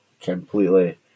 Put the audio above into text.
completely